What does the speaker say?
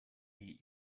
eat